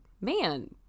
man